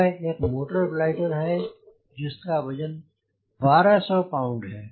यह एक motor glider है जिसका वजन 1200 पौंड है